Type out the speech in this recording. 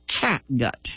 catgut